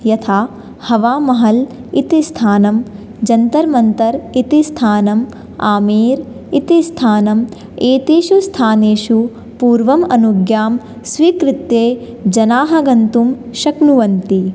यथा हवामहल् इति स्थानं जन्तर् मन्तर् इति स्थानम् आमेर् इति स्थानम् एतेषु स्थानेषु पूर्वम् अनुज्ञां स्वीकृत्य जनाः गन्तुं शक्नुवन्ति